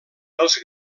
els